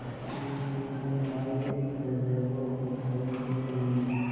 ꯄꯥꯁꯇ꯭ꯔꯤꯁꯤꯡꯗ ꯈ꯭ꯋꯥꯏꯗꯒꯤ ꯐꯖꯕ ꯑꯣꯐꯔꯗꯨ ꯀꯔꯤꯅꯣ